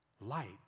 Light